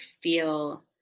feel